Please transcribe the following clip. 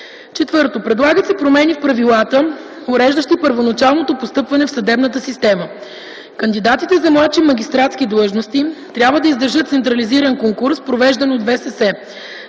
ВСС. 4. Предлагат се промени в правилата, уреждащи първоначалното постъпване в съдебната система. Кандидатите за младши магистратски длъжности трябва да издържат централизиран конкурс, провеждан от ВСС.